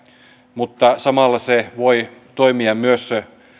mutta samalla se voi toimia myös